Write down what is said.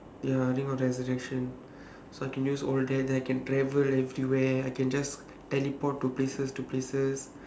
ya ring of resurrection so I can use all that then I can travel everywhere I can just teleport to places to places